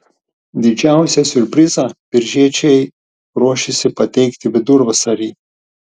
didžiausią siurprizą biržiečiai ruošiasi pateikti vidurvasarį